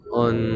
on